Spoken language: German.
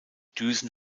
düsen